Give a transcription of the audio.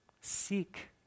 Seek